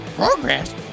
Progress